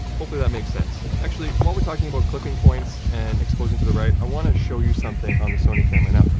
hopefully, that makes sense. actually, while we're talking about clipping points and clipping to the right, i want to show you something on the sony camera. now,